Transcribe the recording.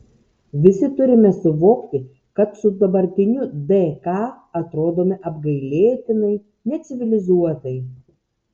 visi turime suvokti kad su dabartiniu dk atrodome apgailėtinai necivilizuotai